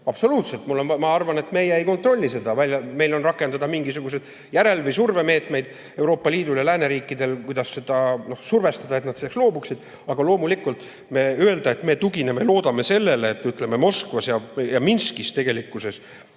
Absoluutselt! Ma arvan, meie ei kontrolli seda. Meil on [võimalik] rakendada mingisuguseid järel- või survemeetmeid Euroopa Liidul ja lääneriikidel, kuidas seda survestada, et nad loobuksid. Aga loomulikult, öelda, et me tugineme ja loodame sellele, et Moskvas ja Minskis tegelikkuses